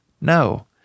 No